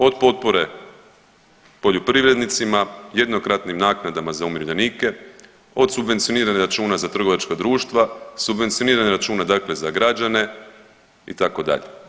Od potpore poljoprivrednicima, jednokratnim naknadama za umirovljenike, od subvencioniranja računa za trgovačka društva, subvencioniranje računa dakle za građane itd.